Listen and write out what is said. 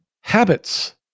habits